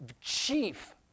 chief